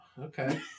okay